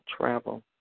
travel